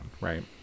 right